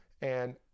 and-